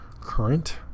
current